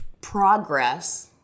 progress